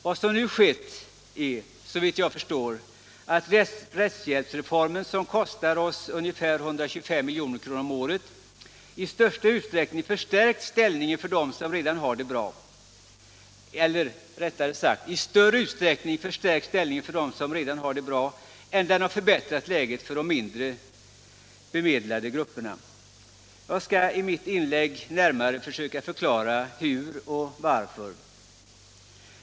Vad som nu skett är, såvitt jag förstår, att rättshjälpsreformen, som kostar oss ungefär 125 milj.kr. om året, i större utsträckning har förstärkt ställningen för dem som redan har det bra än den har förbättrat läget för de mindre bemedlade grupperna. Jag skall i mitt inlägg närmare söka förklara hur och varför.